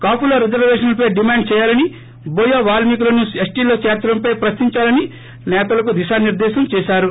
కాపుల రిజర్వేషన్లపై డిమాండ్ చేయాలని బోయ వాల్మీకులను ఎస్టీల్లో చేర్పడంపై ప్రశ్నించాలని సేతలకు దిశానిర్దేశం చేశారు